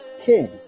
king